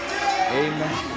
amen